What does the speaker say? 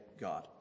God